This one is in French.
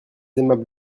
aimable